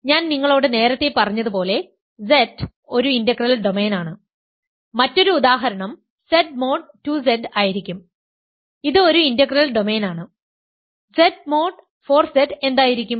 ഞാൻ നിങ്ങളോട് നേരത്തെ പറഞ്ഞതുപോലെ Z ഒരു ഇന്റഗ്രൽ ഡൊമെയ്നാണ് മറ്റൊരു ഉദാഹരണം Z മോഡ് 2 Z ആയിരിക്കും ഇത് ഒരു ഇന്റഗ്രൽ ഡൊമെയ്ൻ ആണ് Z മോഡ് 4 Z എന്തായിരിക്കും